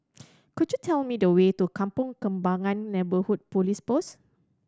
could you tell me the way to Kampong Kembangan Neighbourhood Police Post